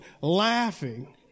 laughing